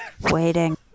waiting